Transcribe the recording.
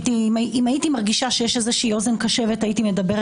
אבל בפרקטיקה של הפגיעה בזכויות מדובר